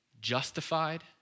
justified